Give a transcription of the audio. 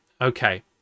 Okay